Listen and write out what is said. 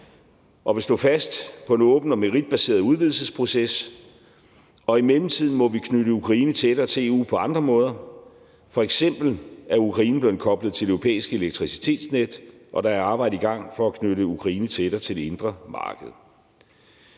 og vil stå fast på en åben og meritbaseret udvidelsesproces, og i mellemtiden må vi knytte Ukraine tættere til EU på andre måder. F.eks. er Ukraine blevet koblet til det europæiske elektricitetsnet, og der er et arbejde i gang for at knytte Ukraine tættere til det indre marked.